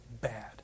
Bad